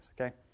okay